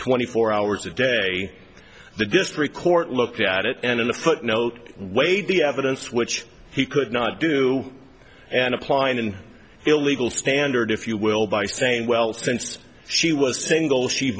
twenty four hours a day the district court looked at it and in a footnote weighed the evidence which he could not do and apply in an illegal standard if you will by saying well since she was single she